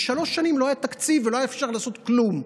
כי שלוש שנים לא היה תקציב ולא היה אפשר לעשות כלום,